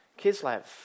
Kislev